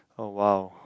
oh !wow!